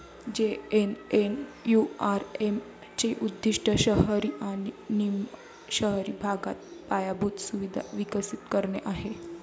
JNNURM चे उद्दीष्ट शहरी आणि निम शहरी भागात पायाभूत सुविधा विकसित करणे आहे